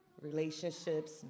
relationships